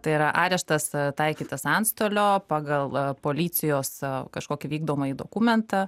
tai yra areštas taikytas antstolio pagal policijos kažkokį vykdomąjį dokumentą